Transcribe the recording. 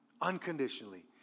Unconditionally